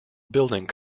building